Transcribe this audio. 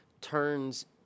turns